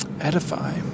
edify